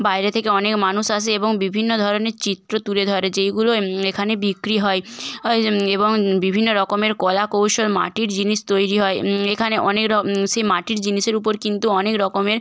বাইরে থেকে অনেক মানুষ আসে এবং বিভিন্ন ধরনের চিত্র তুলে ধরে যেগুলো এখানে বিক্রি হয় এবং বিভিন্ন রকমের কলা কৌশল মাটির জিনিস তৈরি হয় এখানে অনেক সেই মাটির জিনিসের উপর কিন্তু অনেক রকমের